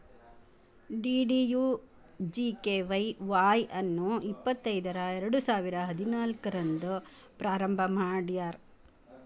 DDUGKY Y ಅನ್ನು ಇಪ್ಪತೈದರ ಎರಡುಸಾವಿರ ಹದಿನಾಲ್ಕು ರಂದ್ ಪ್ರಾರಂಭ ಮಾಡ್ಯಾರ್